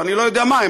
ואני לא יודע מה הן,